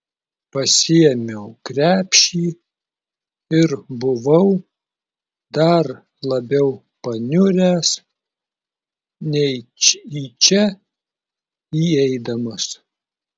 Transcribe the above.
pasiėmiau krepšį ir buvau dar labiau paniuręs nei į čia įeidamas